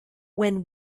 when